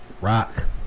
rock